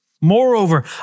moreover